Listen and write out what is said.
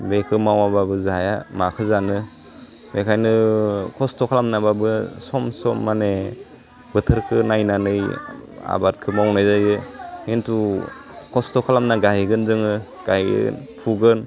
बेखौ मावाबाबो जाया माखौ जानो बेखायनो खस्थ' खालामनाबाबो सम सम माने बोथोरखो नायनानै आबादखो मावनाय जायो खिन्थु खस्थ' खालामना गायगोन जोङो गायगोन फुगोन